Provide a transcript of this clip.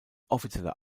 offizieller